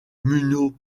muñoz